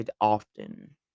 often